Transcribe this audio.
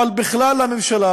אבל בכלל לממשלה,